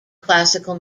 classical